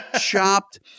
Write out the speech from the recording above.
chopped